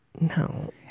no